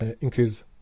increase